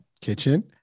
kitchen